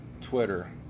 Twitter